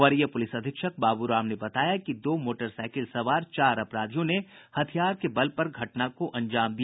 वरीय पुलिस अधीक्षक बाबू राम ने बताया कि दो मोटरसाइकिल सवार चार अपराधियों ने हथियार के बल पर घटना को अंजाम दिया